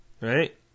Right